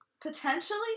Potentially